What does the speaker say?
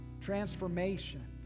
Transformation